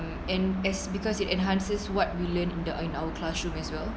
and as because it enhances what we learn in the in our classroom as well